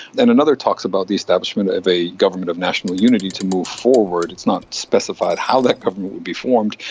then another talks about the establishment of a government of national unity to move forward. it's not specified how that government would be formed,